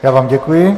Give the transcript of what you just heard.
Já vám děkuji.